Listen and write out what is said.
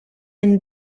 and